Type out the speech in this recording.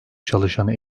çalışanı